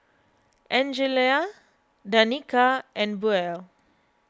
Angelia Danika and Buell